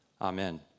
Amen